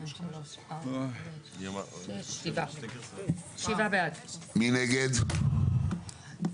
הצבעה בעד, 7 נגד,